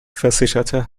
versicherte